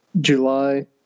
July